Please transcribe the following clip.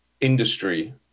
industry